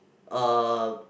a